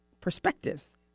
perspectives